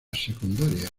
secundaria